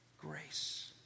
grace